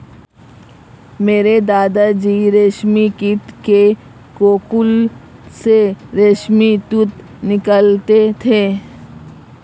मेरे दादा जी रेशमी कीट के कोकून से रेशमी तंतु निकालते थे